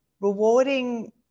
rewarding